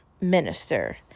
minister